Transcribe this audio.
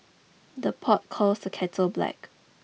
the pot calls the kettle black